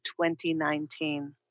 2019